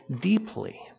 deeply